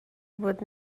بود